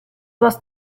was